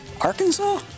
Arkansas